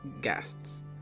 guests